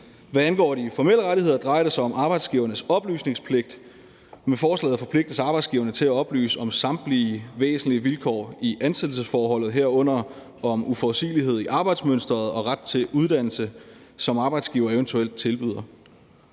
Hvad angår de formelle rettigheder, drejer det sig om arbejdsgivernes oplysningspligt. Med forslaget forpligtes arbejdsgiverne til at oplyse om samtlige væsentlige vilkår i ansættelsesforholdet, herunder om uforudsigelighed i arbejdsmønsteret og ret til uddannelse, som arbejdsgiveren eventuelt tilbyder